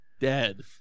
Dead